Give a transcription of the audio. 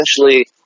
essentially